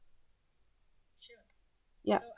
yup